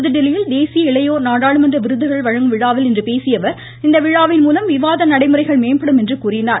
புதுதில்லியில் தேசிய இளையோர் நாடாளுமன்ற விருதுகள் வழங்கும் விழாவில் இன்று பேசிய அவர் இவ்விழாவின் மூலம் விவாத நடைமுறைகள் மேம்படும் என்றார்